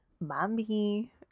Mommy